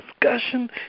discussion